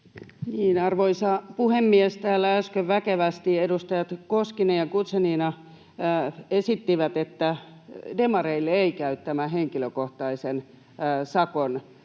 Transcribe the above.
Arvoisa puhemies! Täällä äsken väkevästi edustajat Koskinen ja Guzenina esittivät, että demareille ei käy tämä henkilökohtaisen sakon